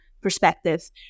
perspective